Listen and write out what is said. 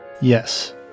Yes